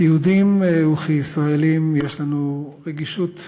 כיהודים וכישראלים יש לנו רגישות מיוחדת,